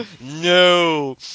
No